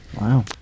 Wow